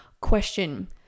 Question